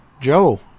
Joe